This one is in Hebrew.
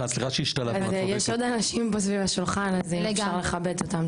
יש פה עוד אנשים מסביב לשולחן אם אפשר לכבד אותם,